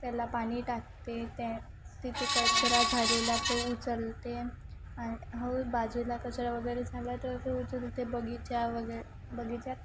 त्याला पाणी टाकते त्या तिथे कचरा झालेला तो उचलते हळू बाजूला कचरा वगैरे झाला तर तो उचलते बगीचा वगे बगीचा